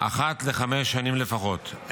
אחת לחמש שנים לפחות,